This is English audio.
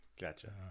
Gotcha